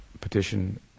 petition